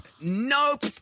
Nope